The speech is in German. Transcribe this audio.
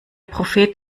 prophet